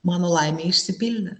mano laimei išsipildė